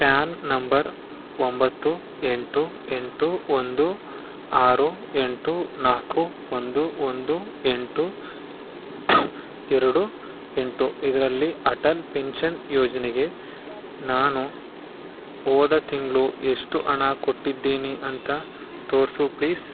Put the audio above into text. PAN number ಒಂಬತ್ತು ಎಂಟು ಎಂಟು ಒಂದು ಆರು ಎಂಟು ನಾಲ್ಕು ಒಂದು ಒಂದು ಎಂಟು ಎರಡು ಎಂಟು ಇದರಲ್ಲಿ ಅಟಲ್ ಪೆನ್ಶನ್ ಯೋಜನೆಗೆ ನಾನು ಹೋದ ತಿಂಗಳು ಎಷ್ಟು ಹಣ ಕೊಟ್ಟಿದ್ದೀನಿ ಅಂತ ತೋರಿಸು ಪ್ಲೀಸ್